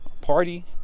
party